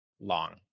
long